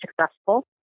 successful